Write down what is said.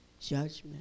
Judgment